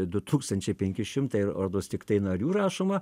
du tūkstančiai penki šimtai ordos tiktai narių rašoma